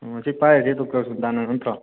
ꯁꯤ ꯄꯥꯏꯔꯤꯁꯦ ꯗꯣꯛꯇꯔ ꯁꯨꯜꯇꯥꯅꯥ ꯅꯠꯇ꯭ꯔꯣ